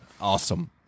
awesome